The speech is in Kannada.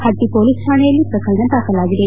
ಹಟ್ಟ ಹೊಲೀಸ್ ಠಾಣೆಯಲ್ಲಿ ಪ್ರಕರಣ ದಾಖಲಾಗಿದೆ